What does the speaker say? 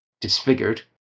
disfigured